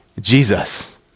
Jesus